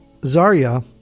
Zarya